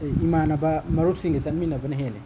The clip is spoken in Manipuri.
ꯏꯃꯥꯟꯅꯕ ꯃꯔꯨꯞꯁꯤꯡꯒ ꯆꯠꯃꯤꯟꯅꯕꯅ ꯍꯦꯜꯂꯤ